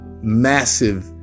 massive